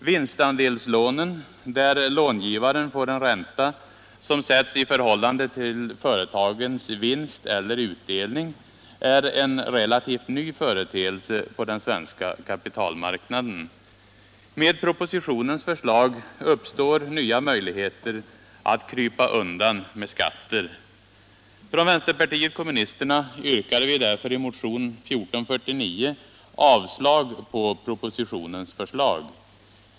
Vinstandelslånen, där långivaren får en ränta som sätts i förhållande till företagens vinst eller utdelning, är en relativt ny företeelse på den svenska kapitalmarknaden. Med propositionens förslag uppstår nya möjligheter att krypa undan med skatter. Från vänsterpartiet kommunisterna yrkar vi därför i motionen 1976/77:1449 avslag på propositionens förslag.